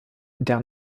der